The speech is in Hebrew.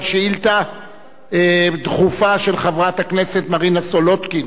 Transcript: שאילתא דחופה של חברת הכנסת מרינה סולודקין,